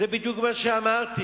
זה בדיוק מה שאמרתי,